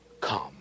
come